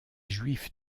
juifs